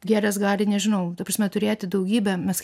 gėlės gali nežinau ta prasme turėti daugybę mes